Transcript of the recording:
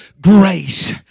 grace